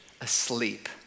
asleep